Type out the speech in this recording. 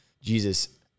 Jesus